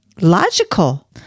logical